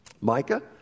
Micah